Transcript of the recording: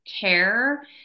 care